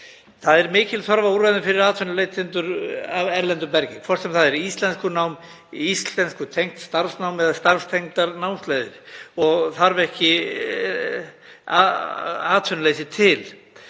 Það er mikil þörf á úrræðum fyrir atvinnuleitendur af erlendum uppruna, hvort sem það er íslenskunám, íslenskutengt starfsnám eða starfstengdar námsleiðir og þarf ekki atvinnuleysi til.